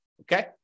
Okay